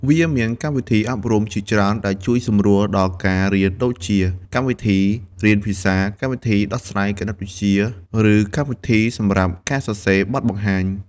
វាមានកម្មវិធីអប់រំ ជាច្រើនដែលជួយសម្រួលដល់ការរៀនដូចជា កម្មវិធីរៀនភាសា កម្មវិធីដោះស្រាយគណិតវិទ្យា ឬកម្មវិធីសម្រាប់ការសរសេរបទបង្ហាញ។